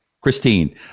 Christine